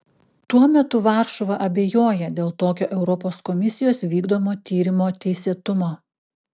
tuo metu varšuva abejoja dėl tokio europos komisijos vykdomo tyrimo teisėtumo